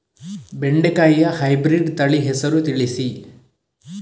ಬೆಂಡೆಕಾಯಿಯ ಹೈಬ್ರಿಡ್ ತಳಿ ಹೆಸರು ತಿಳಿಸಿ?